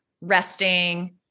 resting